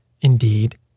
Indeed